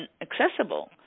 accessible